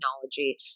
technology